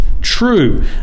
true